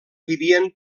vivien